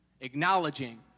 Acknowledging